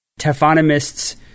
Taphonomists